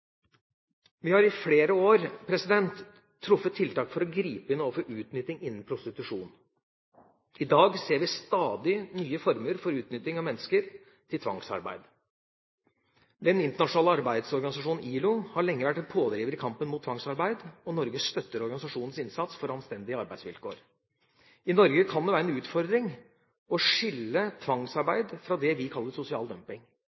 Vi har i flere år truffet tiltak for å gripe inn overfor utnytting innen prostitusjon. I dag ser vi stadig nye former for utnytting av mennesker til tvangsarbeid. Den internasjonale arbeidsorganisasjonen ILO har lenge vært en pådriver i kampen mot tvangsarbeid, og Norge støtter organisasjonens innsats for anstendige arbeidsvilkår. I Norge kan det være en utfordring å skille tvangsarbeid fra det vi kaller sosial dumping.